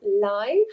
Live